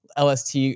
LST